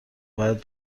باید